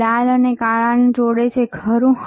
તેથી તે લાલ અને કાળાને જોડે છે ખરું